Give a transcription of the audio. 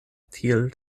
tiel